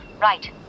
Right